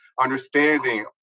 understanding